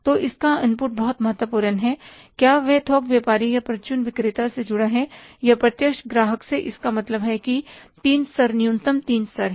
तो उसका इनपुट बहुत महत्वपूर्ण है कि क्या वह थोक व्यापारी या परचून विक्रेता से जुड़ा है या प्रत्यक्ष ग्राहक से इसका मतलब है कि 3 स्तर न्यूनतम 3 स्तर हैं